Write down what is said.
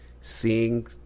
seeing